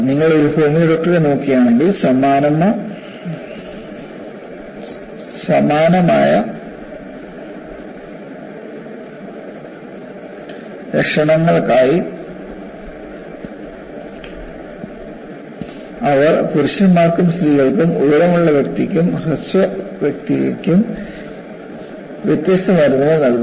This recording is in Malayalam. നിങ്ങൾ ഒരു ഹോമിയോ ഡോക്ടറെ നോക്കുകയാണെങ്കിൽ സമാനമായ ലക്ഷണങ്ങൾക്കായി അവർ പുരുഷന്മാർക്കും സ്ത്രീകൾക്കും ഉയരമുള്ള വ്യക്തിക്കും ഹ്രസ്വ വ്യക്തിക്കും വ്യത്യസ്ത മരുന്നുകൾ നൽകും